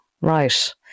right